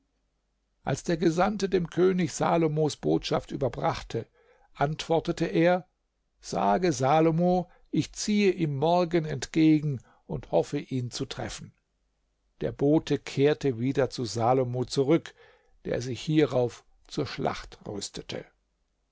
als der gesandte dem könig salomos botschaft überbrachte antwortete er sage salomo ich ziehe ihm morgen entgegen und hoffe ihn zu treffen der bote kehrte wieder zu salomo zurück der sich hierauf zur schlacht rüstete